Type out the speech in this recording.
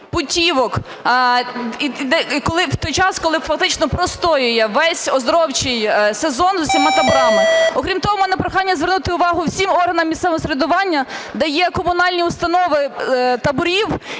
той час, коли фактично простоює весь оздоровчий сезон з усіма таборами. Окрім того в мене прохання звернути увагу всім органам місцевого самоврядування, де є комунальні установи таборів,